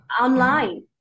online